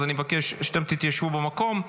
אז אני מבקש שאתם תתיישבו במקום.